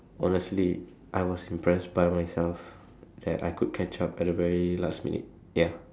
honestly I was impressed by myself that I could catch up at the very last minute ya